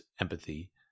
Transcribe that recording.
empathy